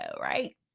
right